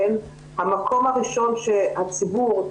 הן המקום הראשון שהציבור,